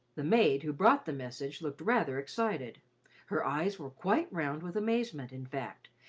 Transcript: the maid, who brought the message, looked rather excited her eyes were quite round with amazement, in fact,